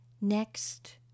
next